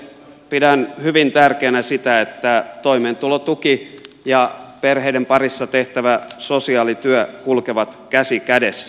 pidän hyvin tärkeänä sitä että toimeentulotuki ja perheiden parissa tehtävä sosiaalityö kulkevat käsi kädessä